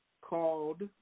called